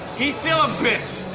he's still a bitch.